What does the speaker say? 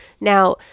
now